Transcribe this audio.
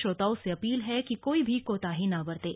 श्रोताओं से अपील है कि कोई भी कोताही न बरतें